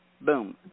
boom